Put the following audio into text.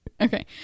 Okay